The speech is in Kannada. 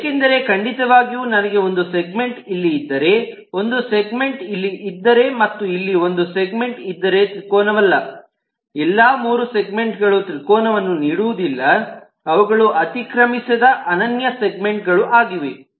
ಏಕೆಂದರೆ ಖಂಡಿತವಾಗಿಯೂ ನನಗೆ ಒಂದು ಸೆಗ್ಮೆಂಟ್ ಇಲ್ಲಿ ಇದ್ದರೆ ಒಂದು ಸೆಗ್ಮೆಂಟ್ ಇಲ್ಲಿ ಇದ್ದರೆ ಮತ್ತು ಇಲ್ಲಿ ಒಂದು ಸೆಗ್ಮೆಂಟ್ ಇದ್ದರೆ ತ್ರಿಕೋನವಲ್ಲ ಎಲ್ಲಾ ಮೂರು ಸೆಗ್ಮೆಂಟ್ ಗಳು ತ್ರಿಕೋನವನ್ನು ನೀಡುವುದಿಲ್ಲ ಅವುಗಳು ಅತಿಕ್ರಮಿಸದ ಅನನ್ಯ ಸೆಗ್ಮೆಂಟ್ ಗಳು ಆಗಿವೆ